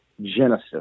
genesis